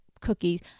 cookies